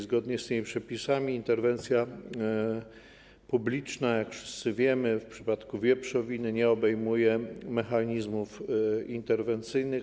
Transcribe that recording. Zgodnie z tymi przepisami interwencja publiczna, jak wszyscy wiemy, w przypadku wieprzowiny nie obejmuje mechanizmów interwencyjnych.